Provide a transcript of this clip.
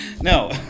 No